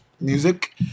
music